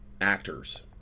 actors